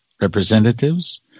representatives